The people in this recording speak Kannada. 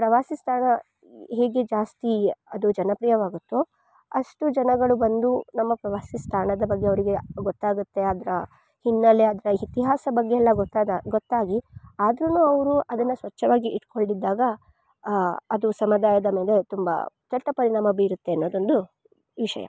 ಪ್ರವಾಸಿ ತಾಣ ಹೇಗೆ ಜಾಸ್ತಿ ಅದು ಜನಪ್ರಿಯವಾಗುತ್ತೋ ಅಷ್ಟು ಜನಗಳು ಬಂದು ನಮ್ಮ ಪ್ರವಾಸಿ ತಾಣದ ಬಗ್ಗೆ ಅವರಿಗೆ ಗೊತ್ತಾಗತ್ತೆ ಅದ್ರ ಹಿನ್ನಲೆ ಅದ್ರ ಇತಿಹಾಸ ಬಗ್ಗೆ ಎಲ್ಲ ಗೊತ್ತಾದ ಗೊತ್ತಾಗಿ ಆದ್ರೂ ಅವರು ಅದನ್ನು ಸ್ವಚ್ಛವಾಗಿ ಇಟ್ಕೊಳ್ದಿದ್ದಾಗ ಅದು ಸಮದಾಯದ ಮೇಲೆ ತುಂಬ ಕೆಟ್ಟ ಪರಿಣಾಮ ಬಿರುತ್ತೆ ಅನ್ನೋದೊಂದು ವಿಷಯ